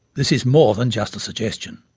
this is more than just a suggestion.